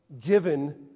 given